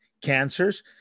cancers